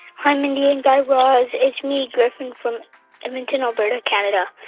hi, mindy and guy raz. it's me, griffin, from edmonton, alberta, canada.